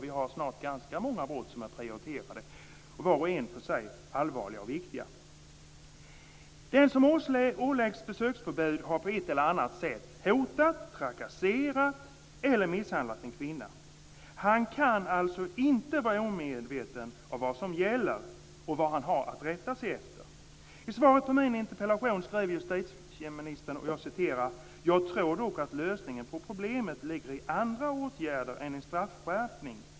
Vi har redan ganska många brott som är prioriterade, vart och ett för sig allvarligt och viktigt. Den som åläggs besöksförbud har på ett eller annat sätt hotat, trakasserat eller misshandlat en kvinna. Han kan alltså inte vara omedveten om vad som gäller och vad han har att rätta sig efter. I svaret på min interpellation skriver justitieministern: "Jag tror dock att lösningen på problemen ligger i andra åtgärder än en straffskärpning."